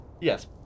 Yes